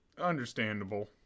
understandable